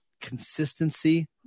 consistency